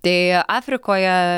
tai afrikoje